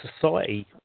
society